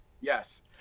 Yes